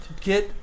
get